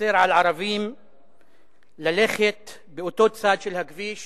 אוסר על ערבים ללכת באותו צד של הכביש